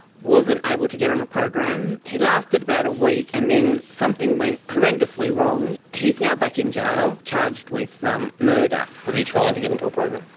wasn't able to get on a program. he lasted about a week and then something went horrendously wrong. he's now back in jail charged with um murder. was he trying to get into a program?